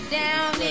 down